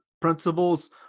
principles